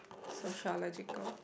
sociological